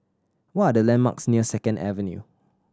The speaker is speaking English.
what are the landmarks near Second Avenue